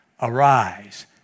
Arise